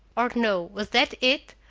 or no, was that it?